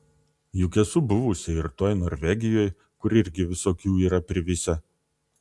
juk esu buvusi ir toj norvegijoj kur irgi visokių yra privisę